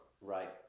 Right